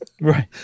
Right